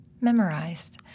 memorized